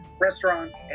restaurants